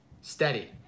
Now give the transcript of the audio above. steady